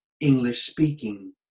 English-speaking